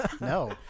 No